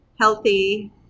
Healthy